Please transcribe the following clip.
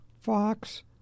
fox